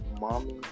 mommy